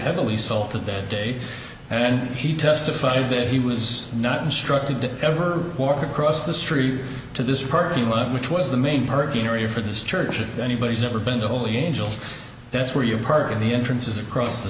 heavily salted that day and he testified that he was not instructed to ever walk across the street to this parking lot which was the main parking area for this church if anybody's ever been to holy angels that's where you park in the entrances across the